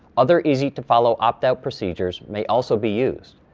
other easy to follow opt-out procedures may also be used.